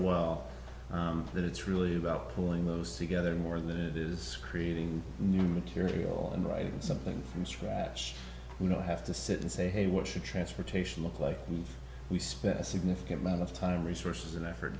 that it's really about pulling those together more than it is creating new material and writing something from scratch we don't have to sit and say hey what should transportation look like and we spent a significant amount of time resources and effort